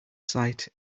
sight